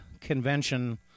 convention